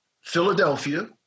Philadelphia